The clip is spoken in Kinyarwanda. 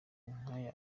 nk’aya